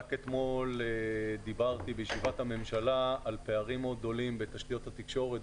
רק אתמול דיברתי בישיבת הממשלה על פערים מאוד גדולים בתשתיות התקשורת,